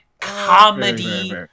comedy